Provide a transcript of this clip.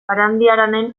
barandiaranen